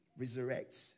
resurrects